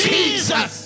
Jesus